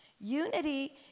Unity